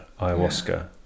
ayahuasca